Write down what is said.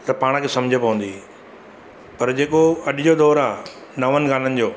त पाण खे सम्झि पवंदी पर जेको अॼु जो दौरु आहे नवनि गाननि जो